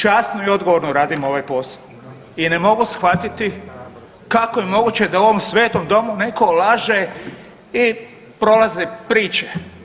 Časno i odgovorno radim ovaj posao i ne mogu shvatiti kako je moguće da u ovom svetom Domu netko laže i prolaze priče.